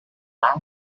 that